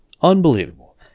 Unbelievable